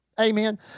Amen